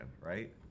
right